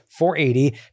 480